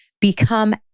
become